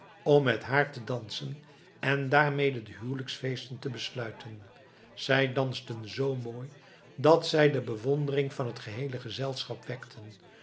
om met haar te dansen en daarmee de huwelijksfeesten te besluiten zij dansten zoo mooi dat zij de bewondering van het geheele gezelschap